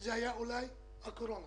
היה הקורונה